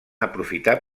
aprofitar